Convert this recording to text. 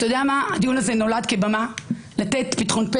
לכן הכוונה שלכם היא רק לנצל מה זה קשור לתקנות